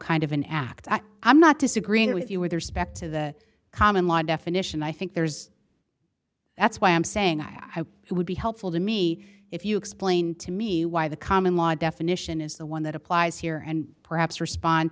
kind of an act and i'm not disagreeing with you with your spec to the common law definition i think there's that's why i'm saying it would be helpful to me if you explained to me why the common law definition is the one that applies here and perhaps respond